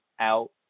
out